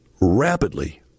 rapidly